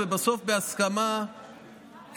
בסוף בהסכמה,